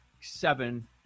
seven